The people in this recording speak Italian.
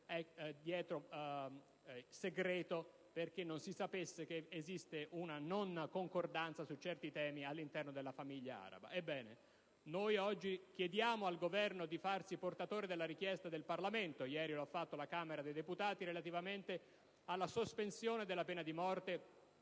sede segreta affinché non si sapesse di una non concordanza su certi temi all'interno della famiglia araba. Noi oggi chiediamo al Governo di farsi portatore della richiesta del Parlamento - ricordo che ieri lo ha fatto la Camera dei deputati - relativamente alla sospensione della pena di morte